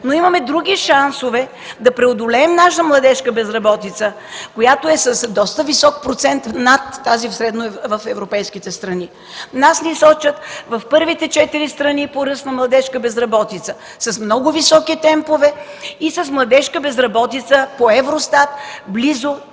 но имаме други шансове да преодолеем нашата младежка безработица, която е с доста висок процент над тази в средноевропейските страни. Нас ни сочат в първите четири страни по ръст на младежка безработица, с много високи темпове и с младежка безработица по Евростат близо 30%.